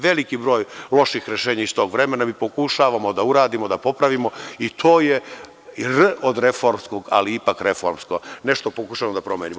Veliki broj loših rešenja iz tog vremena, mi pokušavamo da uradimo, da popravimo i to je „r“ od reformskog, ali ipak reformskog, nešto pokušavamo da promenimo.